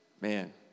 man